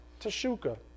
Tashuka